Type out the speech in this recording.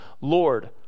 Lord